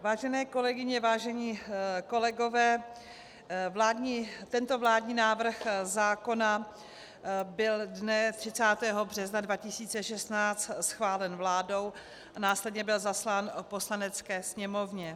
Vážené kolegyně, vážení kolegové, tento vládní návrh zákona byl dne 30. března 2016 schválen vládou a následně byl zaslán Poslanecké sněmovně.